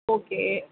okay